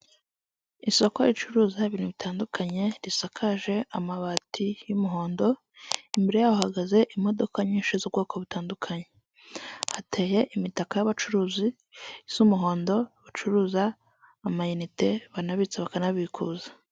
Isoko ricuruza ibintu bitandukanye risakaje amabati y'umuhondo, imbere yaho hagaze imodoka nyinshi z'ubwoko butandukanye. Hateye imitaka y'abacuruzi isa umuhondo bacuruza amayinite banabitsa bakanabikuza.